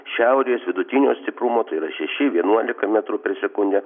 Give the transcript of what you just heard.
šiaurės vidutinio stiprumo tai yra šeši vienuolika metrų per sekundę